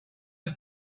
his